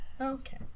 Okay